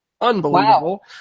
Unbelievable